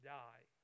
die